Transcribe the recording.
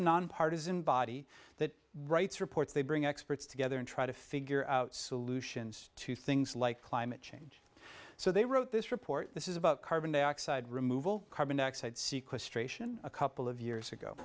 a nonpartisan body that writes reports they bring experts together and try to figure out solutions to things like climate change so they wrote this report this is about carbon dioxide removal carbon dioxide seaquest ration a couple of years ago